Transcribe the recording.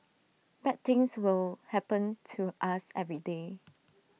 bad things will happen to us every day